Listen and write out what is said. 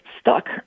stuck